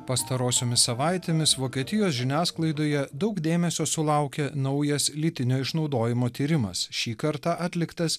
pastarosiomis savaitėmis vokietijos žiniasklaidoje daug dėmesio sulaukia naujas lytinio išnaudojimo tyrimas šį kartą atliktas